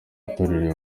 itorero